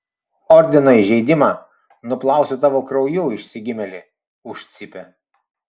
ordino įžeidimą nuplausiu tavo krauju išsigimėli užcypė